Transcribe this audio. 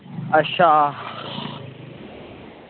अच्छा